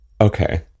Okay